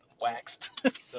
waxed